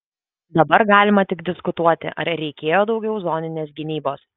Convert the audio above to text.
dabar galima tik diskutuoti ar reikėjo daugiau zoninės gynybos